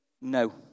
no